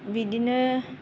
बिदिनो